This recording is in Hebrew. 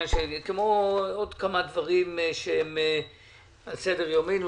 כמו עוד כמה דברים שהם על סדר-יומנו.